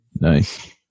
Nice